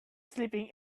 sleeping